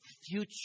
future